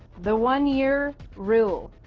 the one-year rule.